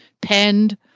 penned